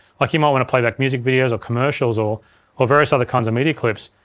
like, you might want to play back music videos, or commercials, or or various other kinds of media clips,